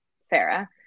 Sarah